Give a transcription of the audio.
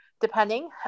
depending